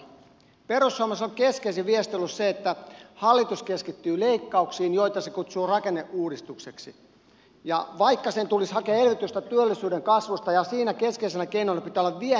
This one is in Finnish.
perussuomalaisilla on keskeisin viesti ollut se että hallitus keskittyy leikkauksiin joita se kutsuu rakenneuudistukseksi vaikka sen tulisi hakea elvytystä työllisyyden kasvusta ja siinä keskeisenä keinona pitää olla viennin lisääminen